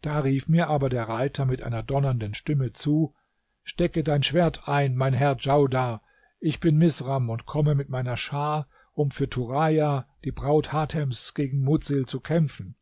da rief mir aber der reiter mit einer donnernden stimme zu stecke dein schwert ein mein herr djaudar ich bin misram und komme mit meiner schar um für turaja die braut hatems gegen mudsil zu kämpfen